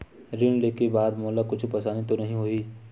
ऋण लेके बाद मोला कुछु परेशानी तो नहीं होही?